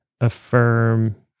affirm